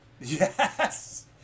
Yes